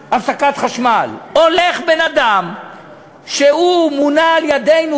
ונהייתה הפסקת חשמל הולך בן-אדם שמונה על-ידינו,